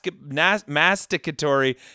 masticatory